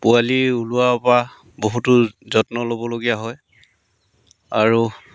পোৱালি ওলোৱাৰপৰা বহুতো যত্ন ল'বলগীয়া হয় আৰু